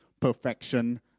perfection